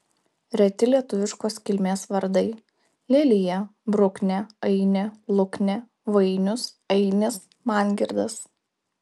reti lietuviškos kilmės vardai lelija bruknė ainė luknė vainius ainis mangirdas